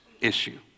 issue